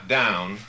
down